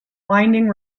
winding